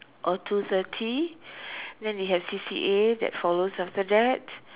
or two thirty then you have C_C_A that follows after that